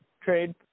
Trade